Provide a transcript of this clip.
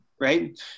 right